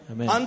Amen